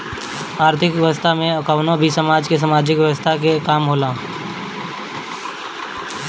आर्थिक व्यवस्था में कवनो भी समाज के सामाजिक व्यवस्था के काम होला